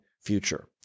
future